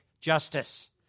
justice